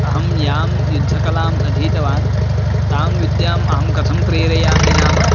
अहं यां युद्धकलाम् अधीतवान् तां विद्याम् अहं कथं प्रेरयामि नाम